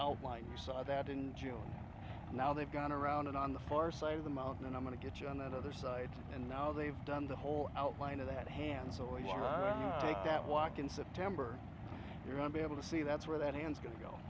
outline you saw that in june now they've gone around and on the far side of the mountain and i'm going to get you on that other side and now they've done the whole outline of that hands or you are right that walk in september you're going to be able to see that's where that hands going to go